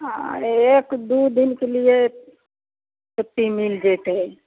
अरे एक दू दिनके लिए छुट्टी मिल जेतै